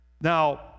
Now